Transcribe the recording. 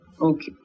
okay